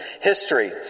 history